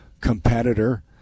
competitor